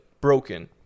broken